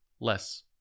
less